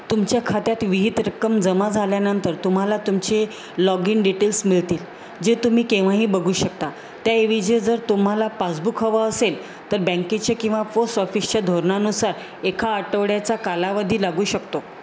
तुमच्या खात्यात विहित रक्कम जमा झाल्यानंतर तुम्हाला तुमचे लॉग इन डिटेल्स मिळतील जे तुम्ही केव्हाही बघू शकता त्याऐवजी जर तुम्हाला पासबुक हवं असेल तर बँकेचे किंवा पोस ऑफिसच्या धोरणानुसार एका आठवड्याचा कालावधी लागू शकतो